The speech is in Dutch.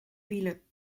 wielen